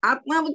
Atma